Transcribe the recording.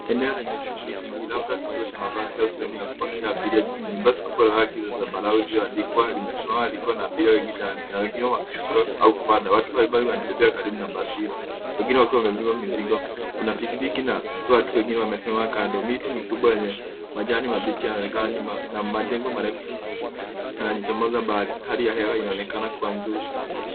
Eneo lenye shughuli nyingi labda kituo cha mabasi au sehemu ya kupakia abiria jijini. Basi kubwa la rangi za zambarau lililoandikwa limesimama, likiwa na abiria wengi ndani na wengine wakishuka au kupanda. Watu mbalimbali wanatembea karibu na basi hilo, wengine wakiwa wamebeba mizigo. Kuna pikipiki na watu wengine wamesimama kando miti mikubwa yenye majani mabichi yanaonekana nyuma na majengo marefu yanajichomoza mbali. Hali ya hewa inaonekana kuwa nzuri.